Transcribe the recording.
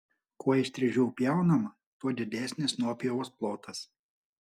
kuo įstrižiau pjaunama tuo didesnis nuopjovos plotas